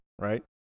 right